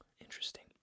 Interesting